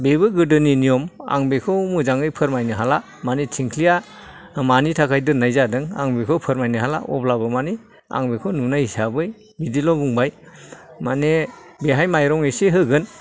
बेबो गोदोनि नियम आं बेखौ मोजाङै फोरमायनो हाला माने थिंख्लिया मानि थाखाय दोन्नाय जादों आं बेखौ फोरमायनो हाला अब्लाबो माने आं बेखौ नुनाय हिसाबै बिदिल' बुंबाय माने बेहाय मायरं एसे होगोन